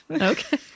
Okay